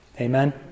Amen